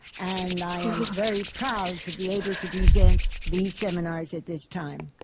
and i am very proud to be able to present these seminars at this time.